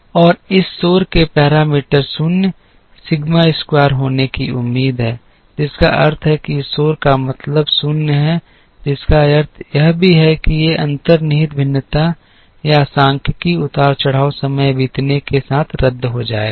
और इस शोर के पैरामीटर 0 सिग्मा स्क्वायर होने की उम्मीद है जिसका अर्थ है कि इस शोर का मतलब 0 है जिसका अर्थ यह भी है कि ये अंतर्निहित भिन्नता या सांख्यिकीय उतार चढ़ाव समय बीतने के साथ रद्द हो जाएगा